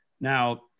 Now